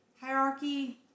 Hierarchy